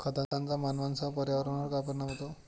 खतांचा मानवांसह पर्यावरणावर काय परिणाम होतो?